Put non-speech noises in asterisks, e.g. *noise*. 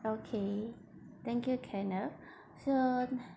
okay thank you kenneth *breath* so